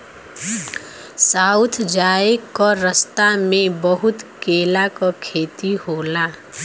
south जाए क रस्ता में बहुत केला क खेती होला